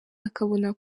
akabona